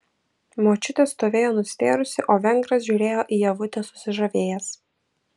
močiutė stovėjo nustėrusi o vengras žiūrėjo į ievutę susižavėjęs